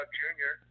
junior